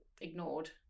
ignored